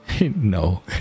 No